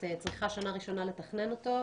את צריכה בשנה הראשונה לתכנן אותו,